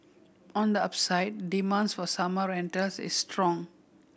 on the upside demands for summer rentals is strong